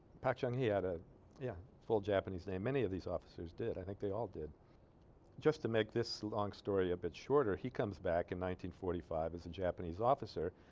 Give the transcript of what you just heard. park chung hee had a yeah full japanese name any of these officers did i think they all did just to make this long story a bit shorter he comes back in nineteen forty five as a japanese officer